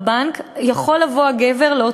יכול הגבר לבוא,